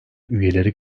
üyeleri